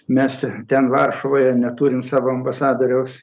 mes ten varšuvoje neturim savo ambasadoriaus